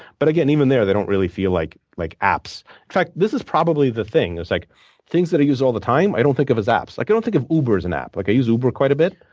but, again, even there, they don't really feel like like apps. in fact, this is probably the thing. it's like things that i use all of the time, i don't think of as apps. like i don't think of uber as an app. like i use uber quite a bit.